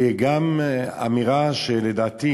וגם, אמירה שלדעתי